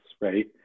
right